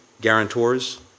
guarantors